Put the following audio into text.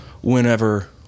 whenever